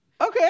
Okay